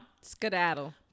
Skedaddle